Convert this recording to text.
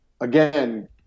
Again